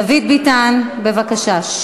דוד ביטן, בבקשה.